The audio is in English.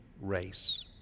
race